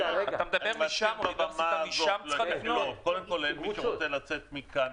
מדבר קודם כל על מי שרוצה לצאת מכאן.